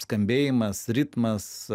skambėjimas ritmas